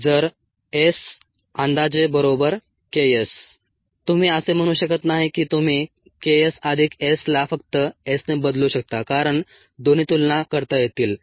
If S≈KS तुम्ही असे म्हणू शकत नाही की तुम्ही K s अधिक S ला फक्त S ने बदलू शकता कारण दोन्ही तुलना करता येतील